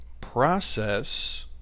Process